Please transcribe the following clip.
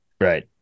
Right